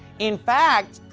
in fact,